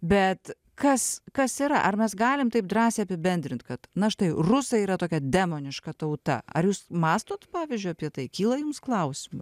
bet kas kas yra ar mes galim taip drąsiai apibendrint kad na štai rusai yra tokia demoniška tauta ar jūs mąstot pavyzdžiui apie tai kyla jums klausimų